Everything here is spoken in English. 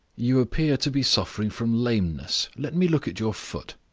you appear to be suffering from lameness let me look at your foot.